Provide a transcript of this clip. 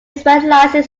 specialises